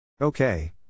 Okay